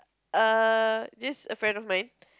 err this a friend of mine